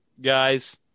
guys